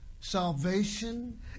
salvation